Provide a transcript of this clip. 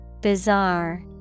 Bizarre